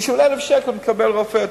בשביל 1,000 שקל מקבל מייד רופא,